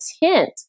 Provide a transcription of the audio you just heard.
intent